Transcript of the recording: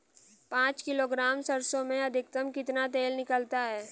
पाँच किलोग्राम सरसों में अधिकतम कितना तेल निकलता है?